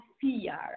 fear